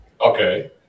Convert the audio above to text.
Okay